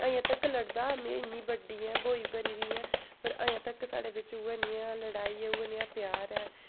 अजें तक लड़दा में इन्नी बड्डी ऐं ब्होई बरी दी ऐं पर अजें तक साढ़े बिच्च उ'ऐ नेहा लड़ाई ऐ उ'ऐ नेहा प्यार ऐ